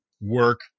work